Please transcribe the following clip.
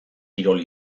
kirol